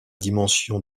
dimension